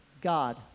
God